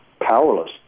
powerless